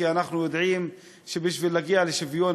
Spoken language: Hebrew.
כי אנחנו יודעים שבשביל להגיע לשוויון